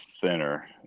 thinner